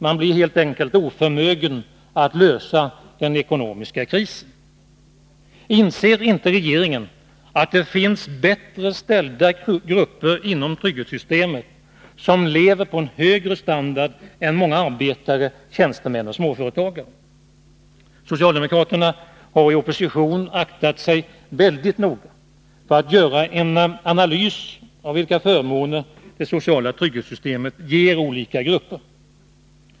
Man blir helt enkelt oförmögen att lösa den ekonomiska krisen. Inser inte regeringen att det finns bättre ställda grupper inom trygghetssystemet som lever på en högre standard än många arbetare, tjänstemän och småföretagare? Socialdemokraterna har i opposition aktat sig väldigt noga för att göra en analys av vilka förmåner det sociala trygghetssystemet ger olika grupper.